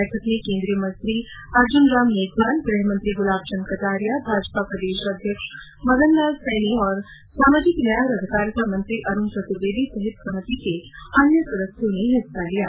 बैठक में केन्द्रीय मंत्री अर्जुनराम मेघवाल गृह मंत्री गुलाबचन्द कटारिया भाजपा प्रदेश अध्यक्ष मदन लाल सैनी और सामाजिक न्याय और अधिकारिता मंत्री अरूण चतुर्वेदी सहित समिति के अन्य सदस्यों ने भाग लिया